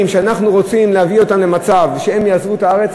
שאנחנו רוצים להביא אותם למצב שהם יעזבו את הארץ,